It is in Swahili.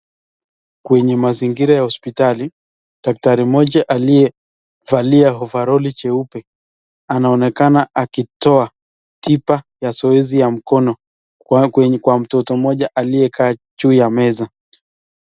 Kwenye mazingira ya hospitali daktari moja aliyevalia ovaroli jeupe, anaonekana akitoa tipa ya zoezi ya mkono kwa mtoto moja aliyekaa juu ya meza.